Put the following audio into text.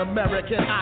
American